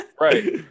Right